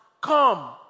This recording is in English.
come